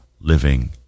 living